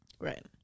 Right